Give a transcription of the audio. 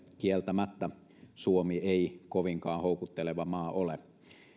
kieltämättä ei ole kovinkaan houkutteleva maa